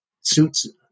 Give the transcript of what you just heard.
suits